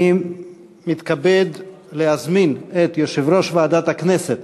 אני מתכבד להזמין את יושב-ראש ועדת הכנסת,